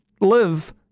Live